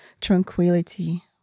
tranquility